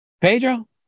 Pedro